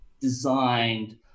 designed